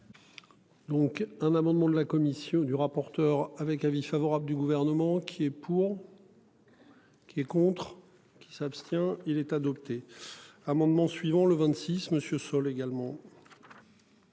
Donc un amendement de la commission du rapporteur avec avis favorable du gouvernement qui est pour. Qui est contre qui s'abstient il est adopté. Amendements suivant le 26 Monsieur également.